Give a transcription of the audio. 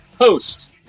host